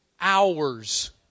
hours